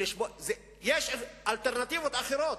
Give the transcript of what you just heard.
יש אלטרנטיבות אחרות.